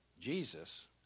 Jesus